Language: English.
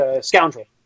scoundrel